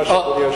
ועדת הפנים.